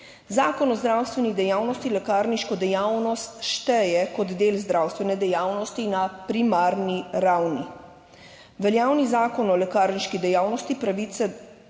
Zakon o zdravstveni dejavnosti lekarniško dejavnost šteje kot del zdravstvene dejavnosti na primarni ravni. Veljavni Zakon o lekarniški dejavnosti pravice